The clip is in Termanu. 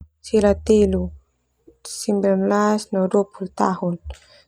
Sila telu, sembilan belas no dua puluh tahun.